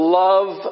love